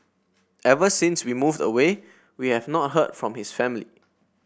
ever since we moved away we have not heard from his family